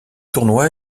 tournoi